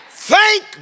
Thank